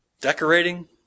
decorating